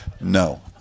No